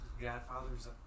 Godfather's